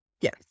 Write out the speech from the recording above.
Yes